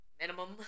Minimum